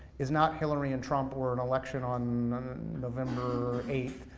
is not hillary and trump, or an election on november eight,